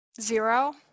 Zero